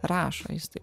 rašo jis taip